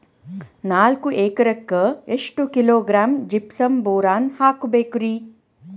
ನಾಲ್ಕು ಎಕರೆಕ್ಕ ಎಷ್ಟು ಕಿಲೋಗ್ರಾಂ ಜಿಪ್ಸಮ್ ಬೋರಾನ್ ಹಾಕಬೇಕು ರಿ?